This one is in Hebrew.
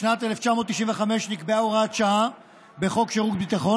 בשנת 1995 נקבעה הוראת שעה בחוק שירות ביטחון